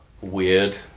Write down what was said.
weird